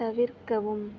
தவிர்க்கவும்